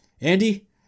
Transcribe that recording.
Andy